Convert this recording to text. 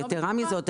יתרה מזאת,